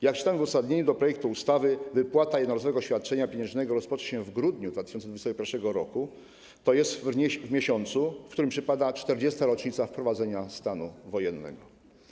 Jak czytam w uzasadnieniu do projektu ustawy, wypłata jednorazowego świadczenia pieniężnego rozpocznie się w grudniu 2021 r., tj. w miesiącu, w którym przypada 40. rocznica wprowadzenia stanu wojennego.